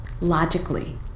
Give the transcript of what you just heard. logically